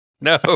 No